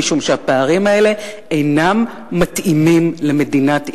משום שהפערים האלה אינם מתאימים למדינת ישראל,